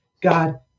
God